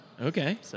Okay